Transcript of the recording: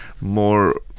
more